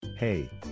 hey